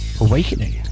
Awakening